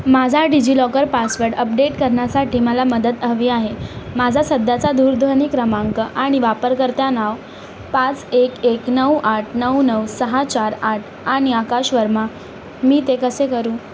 माझा DigiLocker password update करण्यासाठी मला मदत हवी आहे माझा सध्याचा दूरध्वनी क्रमांक आणि वापरकर्ता नाव पाच एक नऊ आठ नऊ नऊ सहा चार आठ आणि आकाश वर्मा मी ते कसे करू